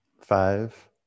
Five